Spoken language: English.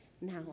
Now